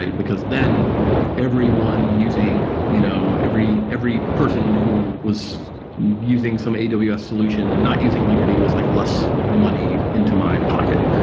because then everyone using you know every every person who was using some and aws solution and not using linkerd was like less money into my pocket.